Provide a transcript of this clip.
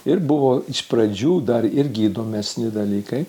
ir buvo iš pradžių dar irgi įdomesni dalykai